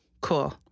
Cool